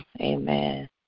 Amen